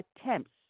attempts